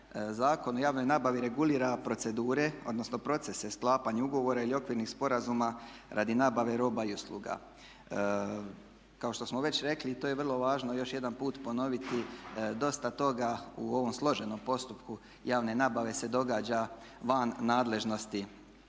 Zakon o javnoj nabavi regulira procedure, odnosno procese sklapanja ugovora ili okvirnih sporazuma radi nabave roba i usluga. Kao što smo već rekli i to je vrlo važno još jedan put ponoviti dosta toga u ovom složenom postupku javne nabave se događa van nadležnosti